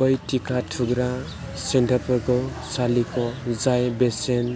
बै टिका थुग्रा सेन्टारफोरखौ सालिख' जाय बेसेन